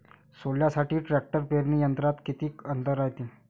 सोल्यासाठी ट्रॅक्टर पेरणी यंत्रात किती अंतर रायते?